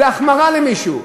זה החמרה למישהו.